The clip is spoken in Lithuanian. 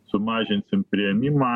sumažinsim priėmimą